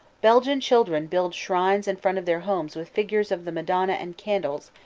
belgian children build shrines in front of their homes with figures of the madonna and candles,